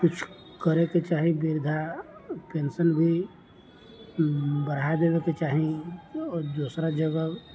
किछु करैके चाही वृद्धा पेंशन भी बढ़ा देबैके चाही आओर दोसरा जगह